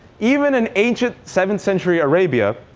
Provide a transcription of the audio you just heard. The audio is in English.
even in ancient seventh-century arabia,